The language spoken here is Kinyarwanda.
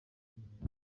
kwibohora